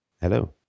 Hello